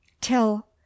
till